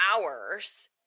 hours